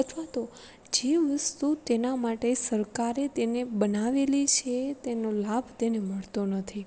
અથવા તો જે વસ્તુ તેના માટે સરકારે તેને બનાવેલી છે તેનો લાભ તેને મળતો નથી તો